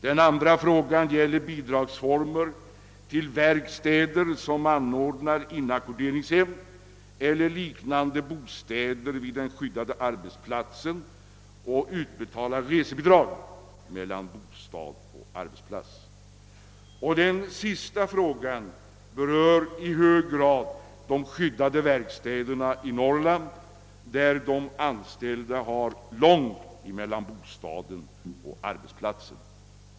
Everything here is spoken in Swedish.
Den andra frågan gäller former för bidrag till verkstäder som anordnar inackorderingshem eller liknande bostäder vid den skyddade arbetsplatsen och utbetalar bidrag till resor mellan bostaden och arbetsplatsen. Den sista frågan berör i hög grad de skyddade verkstäderna i Norrland, där de anställda har lång väg mellan bostäder och arbetsplatser.